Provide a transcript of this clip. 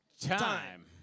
Time